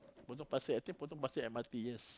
Potong Pasir I think Potong Pasir M_R_T yes